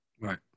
Right